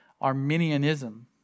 Arminianism